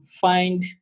find